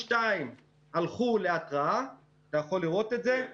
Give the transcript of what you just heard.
22 מיליון הלכו להתרעה, אתה יכול לראות את זה,